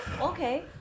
Okay